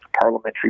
parliamentary